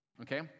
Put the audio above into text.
okay